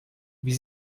wie